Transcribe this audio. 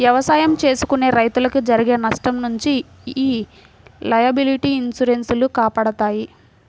ఎవసాయం చేసుకునే రైతులకు జరిగే నష్టం నుంచి యీ లయబిలిటీ ఇన్సూరెన్స్ లు కాపాడతాయి